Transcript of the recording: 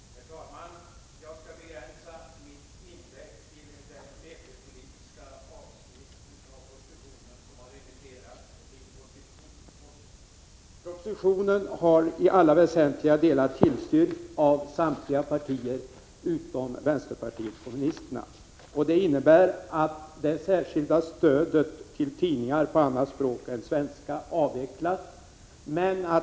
Herr talman! Jag skall begränsa mitt inlägg till det mediepolitiska avsnitt av propositionen som har remitterats till konstitutionsutskottet. Propositionen har i alla väsentliga delar tillstyrkts av samtliga partier utom vänsterpartiet kommunisterna. Detta innebär att det särskilda stödet till tidningar på andra språk än svenska avvecklas.